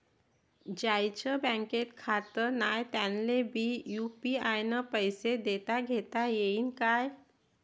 ज्याईचं बँकेत खातं नाय त्याईले बी यू.पी.आय न पैसे देताघेता येईन काय?